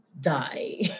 die